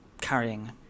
carrying